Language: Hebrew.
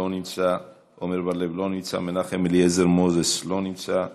אינו נמצא, עמר בר-לב, אינו נמצא,